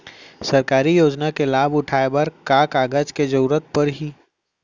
सरकारी योजना के लाभ उठाए बर का का कागज के जरूरत परही